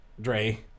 Dre